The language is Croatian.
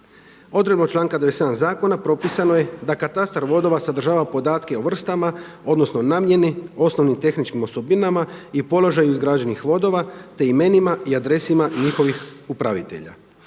Odredbom članka 97. zakona propisano je da katastar vodova sadržava podatke o vrstama, odnosno namjeni, osnovnim tehničkim osobinama i položaju izgrađenih vodova te imenima i adresama njihovih upravitelja.